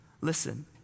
Listen